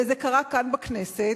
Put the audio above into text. וזה קרה כאן, בכנסת,